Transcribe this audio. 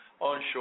onshore